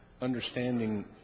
understanding